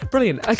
Brilliant